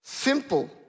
Simple